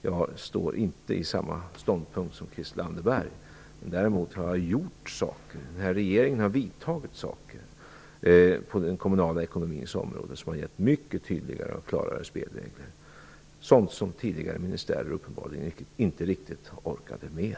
Jag har inte samma ståndpunkt som Christel Däremot har jag gjort saker. Regeringen har vidtagit åtgärder på den kommunala ekonomins område som har givit mycket tydligare och klarare spelregler - sådant som tidigare ministärer uppenbarligen inte riktigt orkade med.